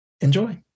enjoy